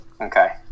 Okay